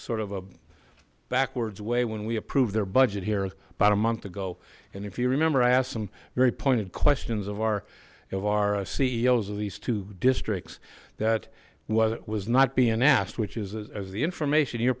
sort of a backwards way when we approve their budget here about a month ago and if you remember i asked some very pointed questions of our of our ceos of these two districts that was it was not being asked which is the information you're